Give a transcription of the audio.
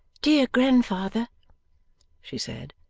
dear grandfather she said,